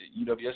UWS